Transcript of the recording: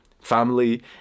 Family